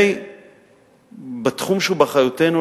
בתחום שהוא באחריותנו,